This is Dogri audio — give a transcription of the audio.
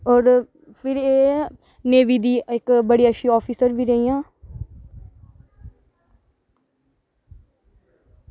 होर फिर एह् नेवी दियां इक बड़ी अच्छी आफिसर बी रेहियां